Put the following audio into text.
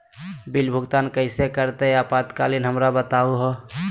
Bill भुगतान कैसे करते हैं आपातकालीन हमरा बताओ तो?